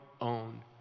own